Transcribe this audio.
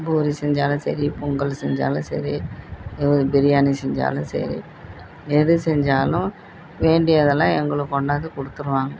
பூரி செஞ்சாலும் சரி பொங்கல் செஞ்சாலும் சரி ஒரு பிரியாணி செஞ்சாலும் சரி எது செஞ்சாலும் வேண்டியதெல்லாம் எங்களுக்கு கொண்டாந்து கொடுத்துருவாங்க